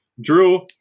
Drew